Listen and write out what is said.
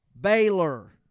Baylor